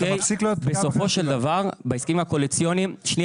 בסופו של דבר, בהסכמים הקואליציוניים, מס'